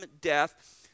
death